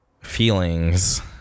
feelings